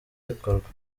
bikorwa